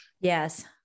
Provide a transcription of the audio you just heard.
Yes